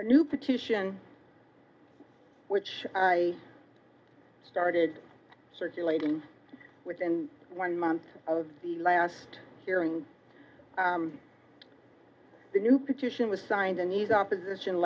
a new petition which i started circulating within one month of the last hearing the new petition was signed and these opposition